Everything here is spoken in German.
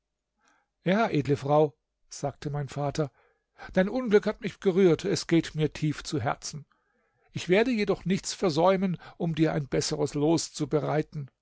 ja edle frau sagte mein vater dein unglück hat mich gerührt es geht mir tief zu herzen ich werde jedoch nichts versäumen um dir ein besseres los